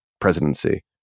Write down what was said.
presidency